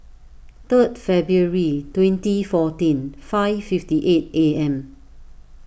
third February twenty fourteen five fifty eight A M